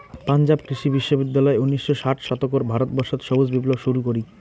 পাঞ্জাব কৃষি বিশ্ববিদ্যালয় উনিশশো ষাট দশকত ভারতবর্ষত সবুজ বিপ্লব শুরু করি